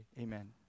amen